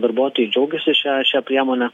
darbuotojai džiaugiasi šia šia priemone